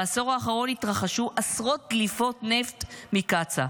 בעשור האחרון התרחשו עשרות דליפות נפט מקצא"א,